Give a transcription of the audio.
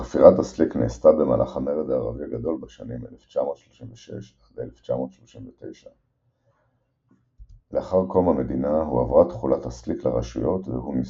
חפירת הסליק נעשתה במהלך המרד הערבי הגדול בשנים 1939-1936. לאחר קום המדינה הועברה תכולת הסליק לרשויות והוא נסגר.